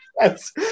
Yes